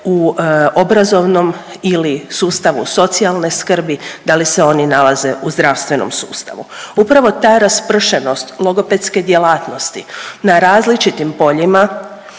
u obrazovnom ili sustavu socijalne skrbi, da li se oni nalaze u zdravstvenom sustavu. Upravo ta raspršenost logopedske djelatnosti na različitim poljima,